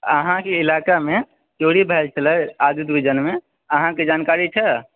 अहाँके इलाकामे चोरी भेल छलै आदित्य विजन मे अहाँकेँ जानकारी छै